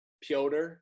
Piotr